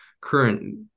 current